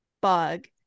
bug